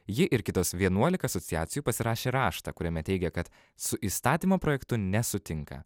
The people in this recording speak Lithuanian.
ji ir kitos vienuolika asociacijų pasirašė raštą kuriame teigia kad su įstatymo projektu nesutinka